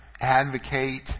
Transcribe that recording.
advocate